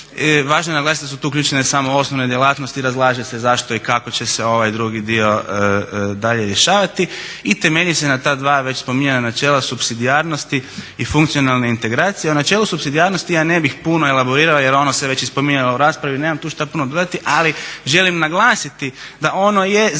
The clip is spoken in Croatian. Važno je naglasiti da su tu uključene samo osnovne djelatnosti, razlaže se zašto i kako će se ovaj drugi dio dalje rješavati. I temelji se na ta dva već spominjana načela supsidijarnosti i funkcionalne integracije. A načelo supsidijarnosti ja ne bih puno elaborirao, jer ono se već i spominjalo u raspravi. Nemam tu što puno dodati, ali želim naglasiti da ono je zaista